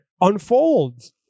unfolds